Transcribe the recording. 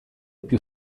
più